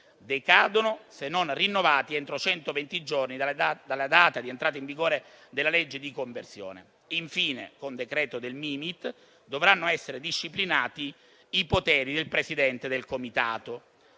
decadano se non rinnovati entro centoventi giorni dalla data di entrata in vigore della legge di conversione. Infine, con decreto del Mimit, dovranno essere disciplinati i poteri del presidente del comitato,